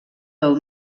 del